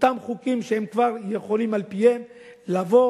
אותם חוקים שכבר יכולים על-פיהם לבוא